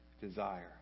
desire